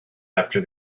after